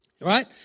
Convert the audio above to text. right